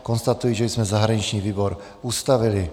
Konstatuji, že jsme zahraniční výbor ustavili.